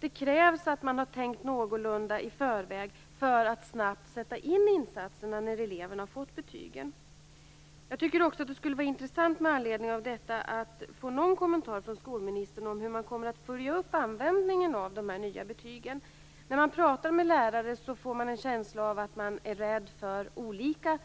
Det krävs att man någorlunda har tänkt igenom situationen i förväg för att snabbt kunna sätta in insatserna när eleven har fått betygen. Jag tycker också att det med anledning av detta skulle vara intressant att få någon kommentar från skolministern om hur man kommer att följa upp användningen av de nya betygen. När man pratar med lärare får man en känsla av att de är rädda för olika